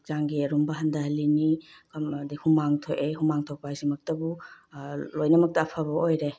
ꯍꯛꯆꯥꯡꯒꯤ ꯑꯔꯨꯝꯕ ꯍꯟꯊꯍꯜꯂꯤꯅꯤ ꯑꯃꯗꯤ ꯍꯨꯃꯥꯡ ꯊꯣꯛꯑꯦ ꯍꯨꯃꯥꯡ ꯊꯣꯛꯄ ꯍꯥꯏꯁꯤꯃꯛꯇꯕꯨ ꯂꯣꯏꯅꯃꯛꯇ ꯑꯐꯕ ꯑꯣꯏꯔꯦ